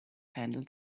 handle